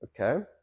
Okay